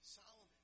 Solomon